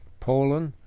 poland,